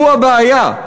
הוא הבעיה,